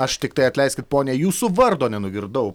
aš tiktai atleiskit ponia jūsų vardo nenugirdau